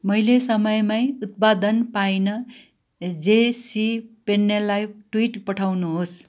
मैले समयमै उत्पादन पाइन जेसीपेन्नेलाई ट्विट पठाउनुहोस्